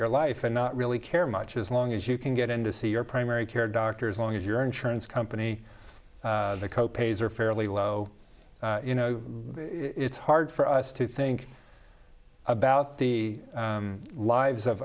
your life and not really care much as long as you can get in to see your primary care doctors long as your insurance company co pays are fairly low you know it's hard for us to think about the lives of